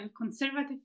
conservative